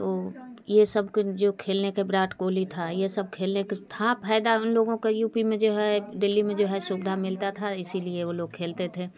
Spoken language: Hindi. तो ये सब कुछ जो खेलने के विराट कोहली था ये सब खेलने का था फ़ायदा उन लोगों का यू पी में जो है दिल्ली में जो है सुविधा मिलती थी इसी लिए वो लोग खेलते थे